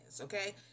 okay